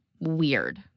weird